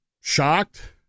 shocked